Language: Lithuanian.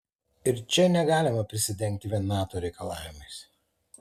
ir čia negalima prisidengti vien nato reikalavimais